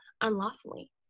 unlawfully